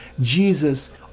Jesus